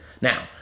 Now